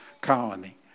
colony